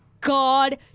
God